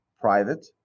private